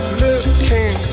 looking